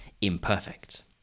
imperfect